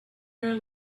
your